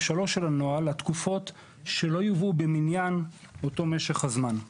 3 של הנוהל התקופות שלא יובאו במניין אותו משך הזמן: